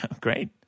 great